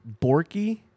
Borky